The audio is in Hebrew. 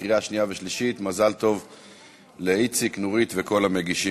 חכי, אולי לא עבר.